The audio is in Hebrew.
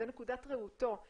זו נקודת ראותו.